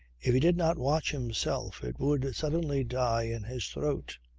if he did not watch himself it would suddenly die in his throat.